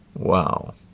Wow